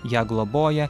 ją globoja